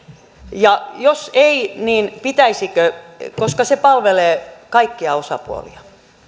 ja jos ei niin pitäisikö koska se palvelee kaikkia osapuolia